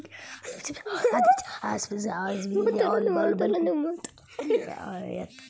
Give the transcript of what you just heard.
ಅರಣ್ಯ ಇಲಾಖೆಯವರು ಬಿದಿರಿನ ಬೆಳೆಯನ್ನು ಬೆಳೆಯಲು ರೈತರಿಗೆ ಹೆಚ್ಚಿನ ಪ್ರೋತ್ಸಾಹ ನೀಡುತ್ತಿದ್ದಾರೆ